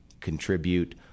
contribute